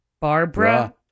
Barbara